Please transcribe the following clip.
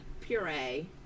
Puree